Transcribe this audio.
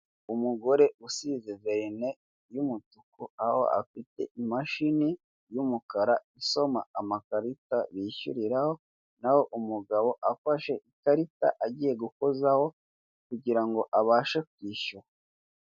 Umugore usize verine y'umutuku, aho afite imashini y'umukara isoma amakarita bishyuriraho, naho umugabo afashe ikarita, agiye gukozaho, kugira ngo abashe kwishyura.